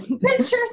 Pictures